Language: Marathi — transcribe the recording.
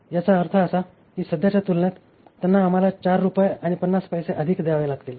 याचा अर्थ असा की सध्याच्या तुलनेत त्यांना आम्हाला 4 रुपये आणि 50 पैसे अधिक द्यावे लागतील